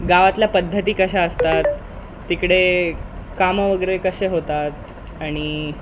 गावातल्या पद्धती कशा असतात तिकडे कामं वगैरे कसे होतात आणि